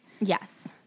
Yes